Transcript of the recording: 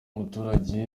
umuturage